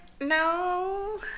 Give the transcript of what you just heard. No